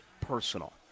personal